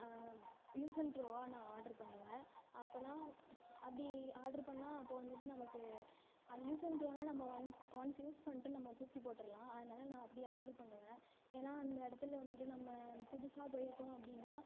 use and த்ரோவா நான் order பண்ணுவேன் அப்போனா அப்படி ஆட்ரு பண்ணிணா அப்போது வந்துட்டு நமக்கு அது யூஸ் அண்ட் த்ரோனால் நம்ம ஒன்ஸ் ஒன்ஸ் யூஸ் பண்ணிவிட்டு நம்ம தூக்கி போட்டுரலாம் அதனால நான் அப்படி ஆட்ரு பண்ணுவேன் ஏன்னால் அந்த இடத்துல வந்துட்டு நம்ம புதுசாக போயிருக்கோம் அப்படின்னா